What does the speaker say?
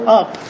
up